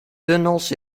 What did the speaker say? tunnels